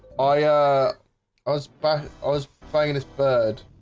i ah i was but ah was fighting this bird